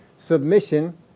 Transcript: Submission